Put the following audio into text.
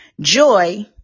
joy